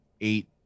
eight